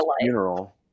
funeral